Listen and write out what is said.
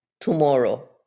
tomorrow